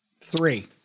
Three